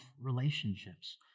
relationships